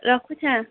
ରଖୁଛେଁ